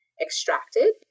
extracted